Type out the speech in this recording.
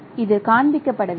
இது காண்பிக்கப்படவில்லை